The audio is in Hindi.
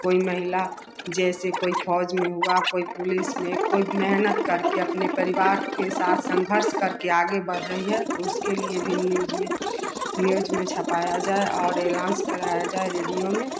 कोई महिला जैसे कोई फौज में हुआ कोई पुलिस में कोई मेहनत करके अपने परिवार के साथ संघर्ष करके आगे बढ़ रही है तो उसके लिए भी न्यूज़ में छपाया जाए और अलाउंस कराया जाए रेडियो में